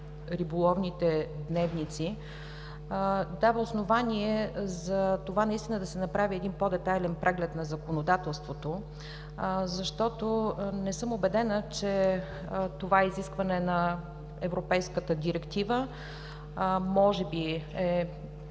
риболовните дневници, дава основание наистина да се направи по-детайлен преглед на законодателството, защото не съм убедена, че това изискване на Европейската директива може би е